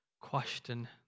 question